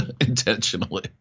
intentionally